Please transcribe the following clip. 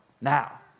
Now